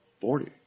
Forty